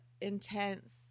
intense